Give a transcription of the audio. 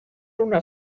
una